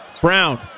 Brown